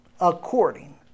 according